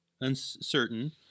uncertain